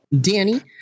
Danny